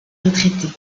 retraités